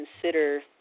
consider